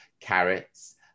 carrots